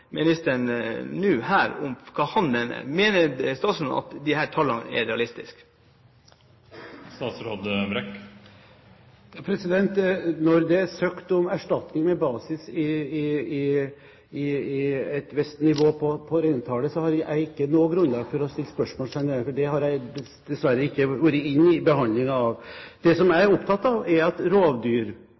ministeren her og nå hva han mener. Mener statsråden at disse tallene er realistiske? Når det er søkt om erstatning med basis i et visst nivå på reintallet, har jeg ikke noe grunnlag for å sette spørsmålstegn ved det, for jeg har dessverre ikke vært inne i behandlingen av det. Det jeg er opptatt av, er at